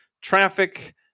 traffic